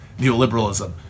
neoliberalism